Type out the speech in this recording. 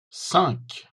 cinq